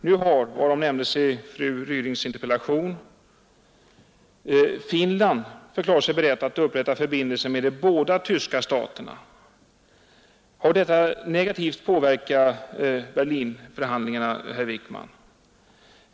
Nu har — varom nämndes i fru Rydings interpellation — Finland förklarat sig berett att upprätta förbindelser med de båda tyska staterna. Har detta negativt påverkat Berlinförhandlingarna, herr Wickman?